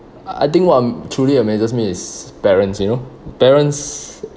I think what um truly amazes me is parents you know parents